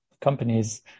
companies